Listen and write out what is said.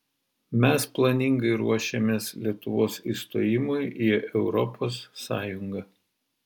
mes planingai ruošėmės lietuvos įstojimui į europos sąjungą